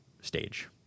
stage